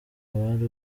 uwari